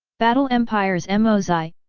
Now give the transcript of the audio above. battle empire's mo zhai,